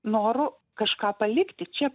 noru kažką palikti čia